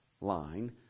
line